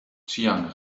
chiang